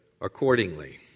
accordingly